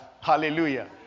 hallelujah